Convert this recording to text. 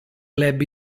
club